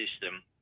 system